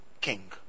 king